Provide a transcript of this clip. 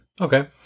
Okay